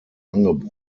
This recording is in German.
angeboten